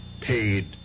paid